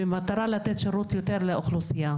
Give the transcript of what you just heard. במטרה לתת שירות יותר לאוכלוסייה,